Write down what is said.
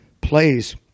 plays